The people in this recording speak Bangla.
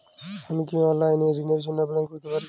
আমি কি অনলাইন এ ঋণ র জন্য আবেদন করতে পারি?